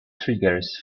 triggers